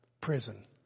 prison